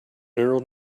neural